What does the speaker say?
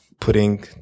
putting